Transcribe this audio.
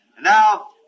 Now